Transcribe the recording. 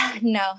No